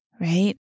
right